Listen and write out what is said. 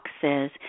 says